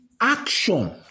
action